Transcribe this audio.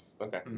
Okay